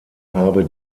habe